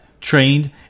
trained